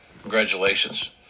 Congratulations